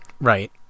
right